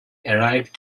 arrived